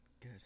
good